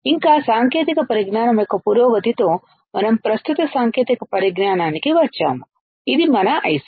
ఇంకా సాంకేతిక పరిజ్ఞానం యొక్క పురోగతితో మనం ప్రస్తుత సాంకేతిక పరిజ్ఞానానికి వచ్చాము ఇది మన ఐసి